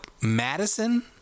Madison